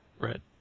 Right